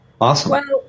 Awesome